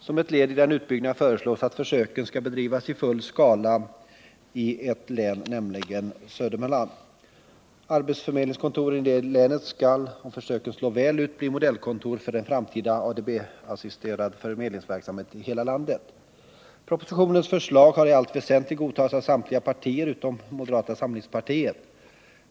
Som ett led i den utbyggnaden föreslås att försöken skall bedrivas i full skala i ett län, nämligen Södermanland. Arbetsförmedlingskontoren i det länet skall, om försöken slår väl ut, bli modellkontor för en framtida ADB assisterad förmedlingsverksamhet i hela landet. Propositionens förslag har i allt väsentligt godtagits av samtliga partier utom moderata samlingspartiet.